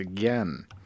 again